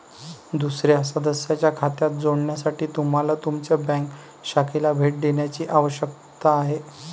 दुसर्या सदस्याच्या खात्यात जोडण्यासाठी तुम्हाला तुमच्या बँक शाखेला भेट देण्याची आवश्यकता आहे